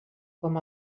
com